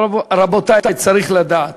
אבל, רבותי, צריך לדעת,